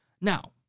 Now